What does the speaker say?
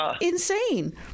insane